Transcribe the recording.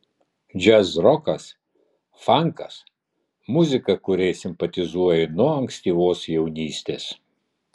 džiazrokas fankas muzika kuriai simpatizuoju nuo ankstyvos jaunystės